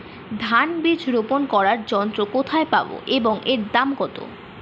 ধান বীজ রোপন করার যন্ত্র কোথায় পাব এবং এর দাম কত?